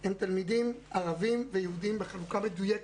הם תלמידים ערבים ויהודים, בחלוקה מדויקת,